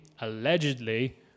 allegedly